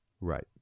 Right